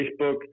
Facebook